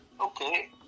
Okay